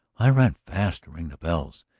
i run fast to ring the bells.